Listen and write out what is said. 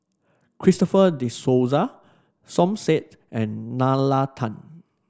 Christopher De Souza Som Said and Nalla Tan